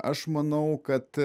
aš manau kad